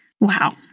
Wow